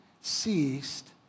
ceased